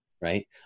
right